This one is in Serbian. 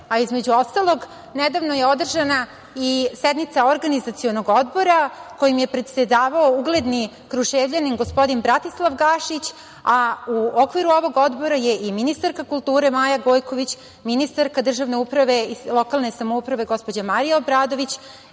a između ostalog nedavno je održana i sednica Organizacionog odbora kojim je predsedavao ugledni Kruševljanin, gospodin Bratislav Gašić, a u okviru ovog Odbora je i ministarka kulture Maja Gojković, ministarka državne uprave i lokalne samouprave gospođa Marija Obradović